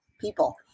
people